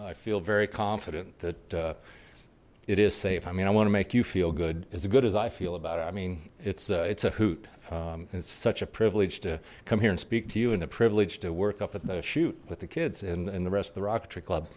i feel very confident that it is safe i mean i want to make you feel good as good as i feel about it i mean it's it's a hoot it's such a privilege to come here and speak to you and the privilege to work up at the shoot with the kids and the rest of the rocketry club